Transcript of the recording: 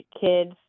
kids